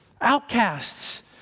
outcasts